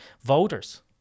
voters